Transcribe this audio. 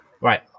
right